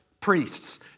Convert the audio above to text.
priests